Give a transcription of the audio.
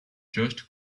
just